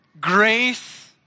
Grace